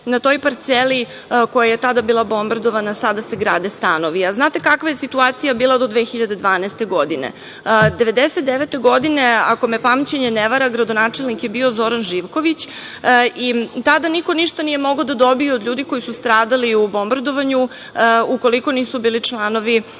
Na toj parceli koja je tada bila bombardovana sada se grade stanovi. Znate kakva je situacija bila do 2012. godine? Godine 1999. ako me situacija ne vara, gradonačelnik je bio Zoran Živković i tada niko ništa nije mogao da dobije od ljudi koji su stradali u bombardovanju ukoliko nisu bili članovi